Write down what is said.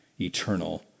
eternal